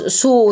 su